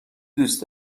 دوست